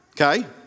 Okay